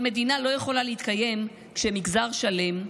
אבל מדינה לא יכולה להתקיים כשמגזר שלם,